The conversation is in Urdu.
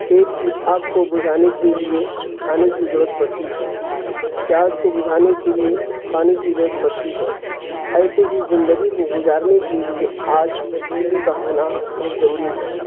پیٹ کی آگ کو بجھانے کے لیے کھانے کی ضرورت پڑتی ہے پیاس کو بجھانے کے لیے پانی کی ضرورت پڑتی ہے ایسے ہی زندگی کو گزارنے کے لیے آج بجلی کا ہونا بہت ضروری ہے